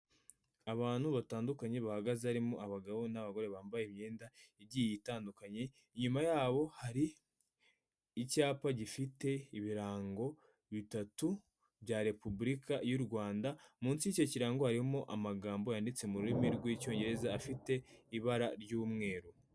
Abantu batandukanye bahagaze harimo abagabo n'abagore bambaye imyenda igiye itandukanye, inyuma yabo hari icyapa gifite ibirango bitatu bya Repubulika y'u Rwanda, munsi y’icyo kirango harimo amagambo yanditse mu rurimi rw'Icyongereza afite ibara ry'umweru.